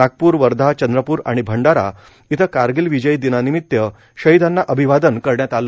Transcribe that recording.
नागपूर वर्धा चंद्रपूर आणि भंडारा इथं कारगिल विजयी दिनानिमित शहिदांना अभिवादन करण्यात आलं